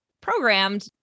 programmed